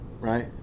right